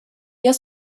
jeu